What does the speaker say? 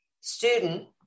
student